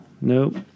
Nope